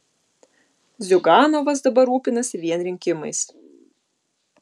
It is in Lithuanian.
ziuganovas dabar rūpinasi vien rinkimais